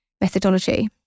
methodology